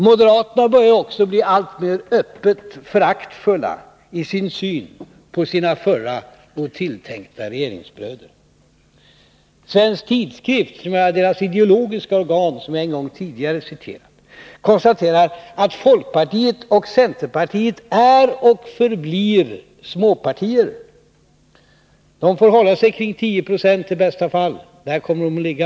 Moderaterna börjar också bli alltmer öppet föraktfulla i sin syn på sina förra och tilltänkta regeringsbröder. I Svensk Tidskrift, moderaternas ideologiska organ som jag tidigare en gång citerat, konstaterar man att folkpartiet och centerpartiet är och förblir småpartier. De får hålla sig kring 10 96, i bästa fall. Där kommer de att ligga.